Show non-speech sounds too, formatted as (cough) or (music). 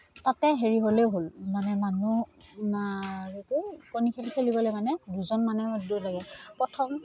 তাতে হেৰি হ'লেও হ'ল মানে মানুহ (unintelligible) এইটো কণী খেল খেলিবলৈ মানে দুজন মানুহ লাগে প্ৰথম